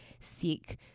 seek